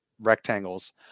rectangles